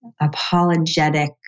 apologetic